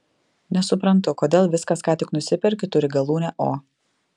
nesuprantu kodėl viskas ką tik nusiperki turi galūnę o